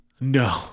No